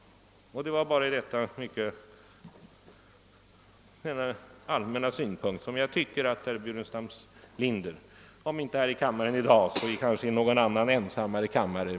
Dessa allmänna synpunkter tycker jag att herr Burenstam Linder möjligen skulle kunna överväga om inte här i kammaren i dag så i en annan ensligare kammare.